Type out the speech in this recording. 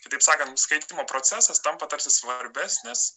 kitaip sakant skaitymo procesas tampa tarsi svarbesnis